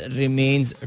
remains